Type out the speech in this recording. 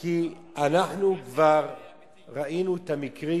כי כבר ראינו את המקרים